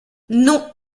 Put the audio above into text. non